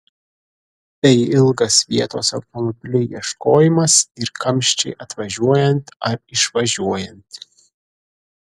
bei ilgas vietos automobiliui ieškojimas ir kamščiai atvažiuojant ar išvažiuojant